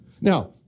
Now